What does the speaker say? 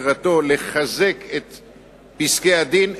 מטרתו לחזק את פסקי-הדין,